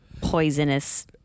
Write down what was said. Poisonous